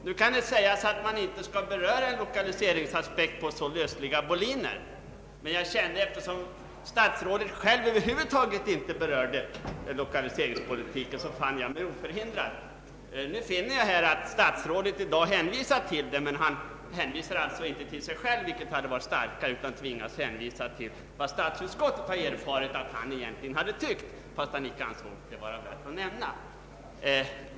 Det kan sägas att man inte skall anlägga en lokaliseringsaspekt på så lösa boliner, men eftersom statsrådet själv över huvud taget inte berört lokaliseringsaspekten fann jag mig oförhindrad. I dag hänvisar statsrådet till den, men han åberopar inte till sig själv, vilket hade varit starkare, utan han tvingas hänvisa till vad statsutskottet erfarit att han egentligen hade tyckt, fast han inte ansåg det vara värt att nämna.